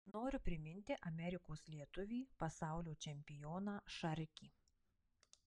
noriu priminti amerikos lietuvį pasaulio čempioną šarkį